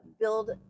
build